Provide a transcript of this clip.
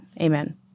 Amen